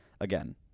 again